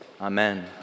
Amen